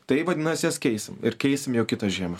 tai vadinasi jas keisim ir keisime jau kitą žiemą